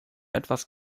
etwas